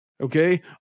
Okay